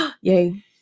Yay